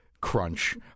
crunch